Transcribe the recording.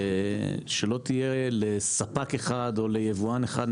שלא תהיה לספק אחד או ליבואן אחד,